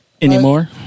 Anymore